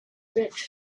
rich